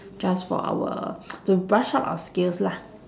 just for our to brush up our skills lah